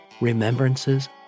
remembrances